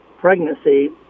pregnancy